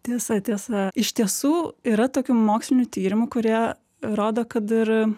tiesa tiesa iš tiesų yra tokių mokslinių tyrimų kurie rodo kad ir